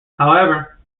however